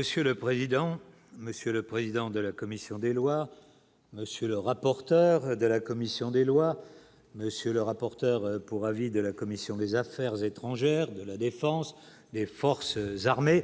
Monsieur le président, Monsieur le président de la commission des lois, monsieur le rapporteur de la commission des lois, monsieur le rapporteur pour avis de la commission des affaires étrangères de la Défense des forces armées,